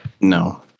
No